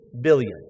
billion